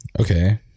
Okay